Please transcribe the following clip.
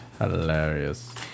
hilarious